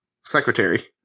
secretary